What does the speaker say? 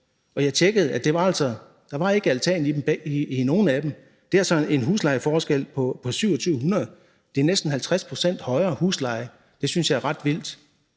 kr. Jeg tjekkede, at der ikke var altan i nogen af dem. Det er altså en huslejeforskel på 2.700 kr., altså en næsten 50 pct. højere husleje. Det synes jeg er ret vildt.